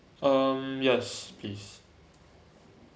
um yes please